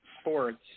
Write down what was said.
sports